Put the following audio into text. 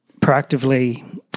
proactively